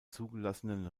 zugelassenen